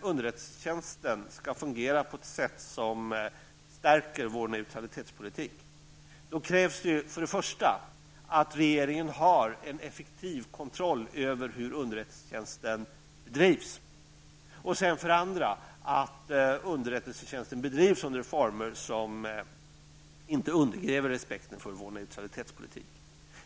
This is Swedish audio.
underrättelsetjänsten skall fungera på ett sätt som gör att den stärker vår neutralitetspolitik, krävs för det första att regeringen har en effektiv kontroll över hur underrättelsetjänsten bedrivs och för det andra att underrättelsetjänsten bedrivs under former som inte undergräver respekten för vår neutralitetspolitik.